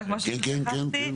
אני מניח שלא תהיה בעיה.